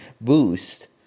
boost